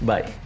Bye